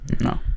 No